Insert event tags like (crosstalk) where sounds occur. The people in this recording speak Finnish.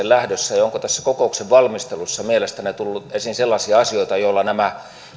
(unintelligible) lähdössä ja onko tässä kokouksen valmistelussa mielestänne tullut esiin sellaisia asioita joilla nämä